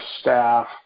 staff